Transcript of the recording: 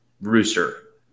rooster